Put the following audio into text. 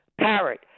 parrot